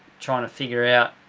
trying to figure out,